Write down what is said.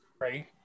Right